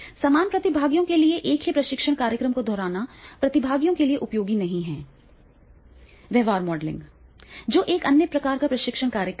समान प्रतिभागियों के लिए एक ही प्रशिक्षण कार्यक्रम को दोहराना प्रतिभागियों के लिए उपयोगी नहीं है व्यवहार मॉडलिंग जो एक अन्य प्रकार का प्रशिक्षण कार्यक्रम है